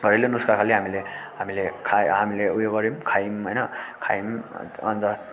घरेलु नुस्खा खालि हामीले हामीले खा हामीले उयो गऱ्यौँ खायौँ होइन खायौँ अन्त